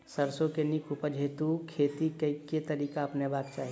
सैरसो केँ नीक उपज हेतु खेती केँ केँ तरीका अपनेबाक चाहि?